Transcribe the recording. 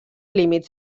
límits